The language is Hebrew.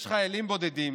יש חיילים בודדים